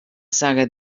saga